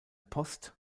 post